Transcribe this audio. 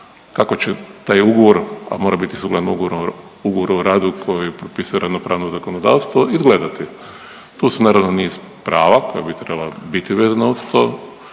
kako će taj ugovor, a mora biti sukladno ugovoru o radu koji propisuje radno pravno zakonodavstvo izgledati. Tu su naravno niz prava koja bi trebala biti vezana uz to,